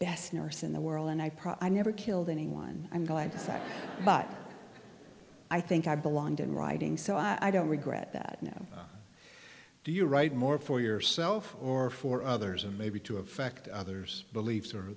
best nurse in the world and i probably never killed anyone i'm glad to say but i think i belonged in writing so i don't regret that now do you write more for yourself or for others and maybe to affect others beliefs or